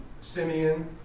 Simeon